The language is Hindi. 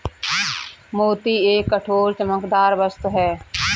मोती एक कठोर, चमकदार वस्तु है